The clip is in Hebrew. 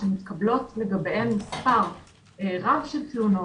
שמתקבלות לגביהם מספר רב של תלונות,